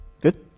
Good